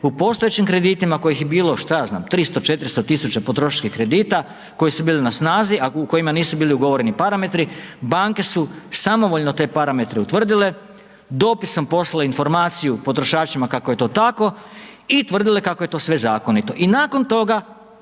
u postojećim kreditima koji ih je bilo, šta ja znam, 300, 400 000 potrošačkih kredita koji su bili na snazi a u kojima nisu bili ugovoreni parametri, banke su samovoljno te parametre utvrdile, dopisom poslale informaciju potrošačima kako je to tako i tvrdile kako je to sve zakonito. I nakon toga,